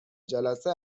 جلسه